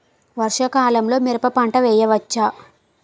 వర్షాకాలంలో మిరప పంట వేయవచ్చా?